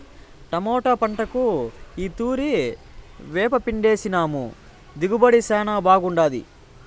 tomato పంటకు ఈ తూరి వేపపిండేసినాము దిగుబడి శానా బాగుండాది